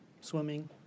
swimming